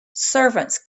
servants